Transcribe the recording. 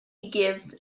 gives